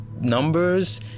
Numbers